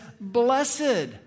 blessed